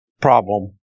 problem